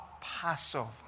Passover